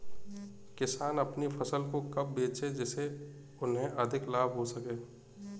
किसान अपनी फसल को कब बेचे जिसे उन्हें अधिक लाभ हो सके?